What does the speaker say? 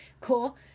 cool